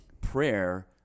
prayer